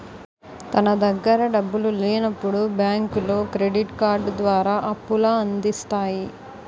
తన దగ్గర డబ్బులు లేనప్పుడు బ్యాంకులో క్రెడిట్ కార్డు ద్వారా అప్పుల అందిస్తాయి